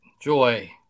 Joy